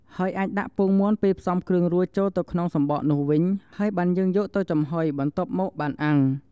ហើយអាចដាក់ពងមាន់ពេលផ្សំគ្រឿងរួចចូលទៅក្នុងសំបកនោះវិញ ហើយបានយើងយកទៅចំហុយបន្ទាប់មកបានអាំង។